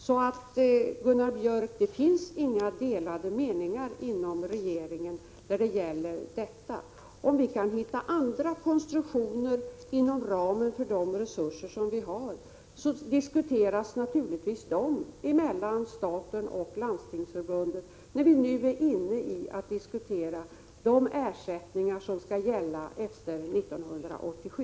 Det finns alltså inte, Gunnar Biörck, några delade meningar inom regeringen när det gäller detta. Om vi kan hitta andra konstruktioner inom ramen för de resurser som vi har, kommer naturligtvis de att diskuteras mellan staten och Landstingsförbundet, när vi nu är inne på att diskutera de ersättningar som skall gälla efter 1987.